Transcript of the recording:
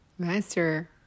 Master